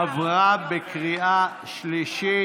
עברה בקריאה שלישית